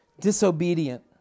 disobedient